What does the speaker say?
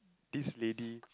this lady